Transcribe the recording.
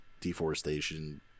deforestation